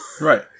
Right